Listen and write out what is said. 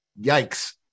yikes